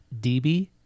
DB